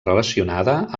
relacionada